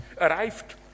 arrived